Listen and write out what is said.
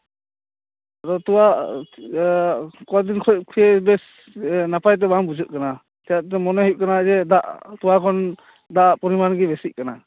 ᱟᱫᱚ ᱛᱚᱣᱟ ᱠᱚ ᱫᱤᱱ ᱠᱷᱚᱱ ᱵᱮᱥ ᱱᱟᱯᱟᱭ ᱫᱚ ᱵᱟᱝ ᱵᱩᱡᱷᱟᱹᱜ ᱠᱟᱱᱟ ᱥᱮ ᱮᱠᱫᱚᱢ ᱢᱚᱱᱮ ᱦᱩᱭᱩᱜ ᱠᱟᱱᱟ ᱡᱮ ᱫᱟᱜ ᱛᱚᱣᱟ ᱠᱷᱚᱱ ᱫᱟᱜ ᱯᱚᱨᱤᱢᱟᱱ ᱜᱮ ᱵᱤᱥᱤᱜ ᱠᱟᱱᱟ